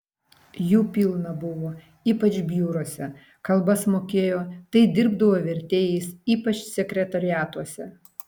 jų pilna buvo ypač biuruose kalbas mokėjo tai dirbdavo vertėjais ypač sekretoriatuose